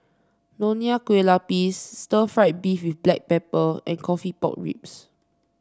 Nonya Kueh Lapis Stir Fried Beef with Black Pepper and coffee Pork Ribs